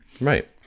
Right